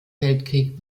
weltkrieg